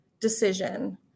decision